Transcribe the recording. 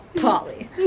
Polly